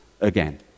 again